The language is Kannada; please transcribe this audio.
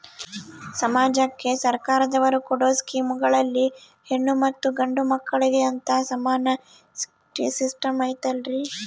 ಸಮಾಜಕ್ಕೆ ಸರ್ಕಾರದವರು ಕೊಡೊ ಸ್ಕೇಮುಗಳಲ್ಲಿ ಹೆಣ್ಣು ಮತ್ತಾ ಗಂಡು ಮಕ್ಕಳಿಗೆ ಅಂತಾ ಸಮಾನ ಸಿಸ್ಟಮ್ ಐತಲ್ರಿ?